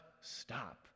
stop